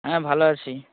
হ্যাঁ ভালো আছি